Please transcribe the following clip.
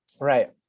right